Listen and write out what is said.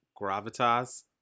Gravitas